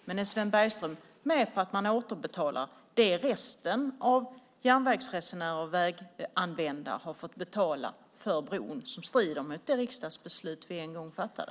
Men är Sven Bergström med på att man återbetalar det som resten av järnvägsresenärer och väganvändare har fått betala för bron och som strider mot det riksdagsbeslut vi en gång fattade?